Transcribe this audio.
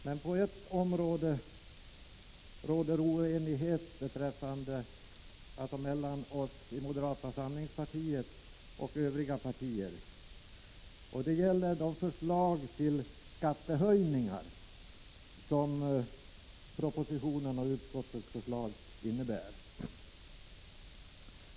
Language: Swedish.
Men på ett område råder oenighet mellan oss i moderata samlingspartiet och övriga partier. Det gäller de förslag till skattehöjningar som propositionen och utskottets förslag innebär.